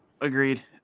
Agreed